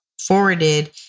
forwarded